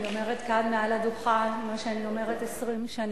אני אומרת כאן מעל הדוכן מה שאני אומרת 20 שנה: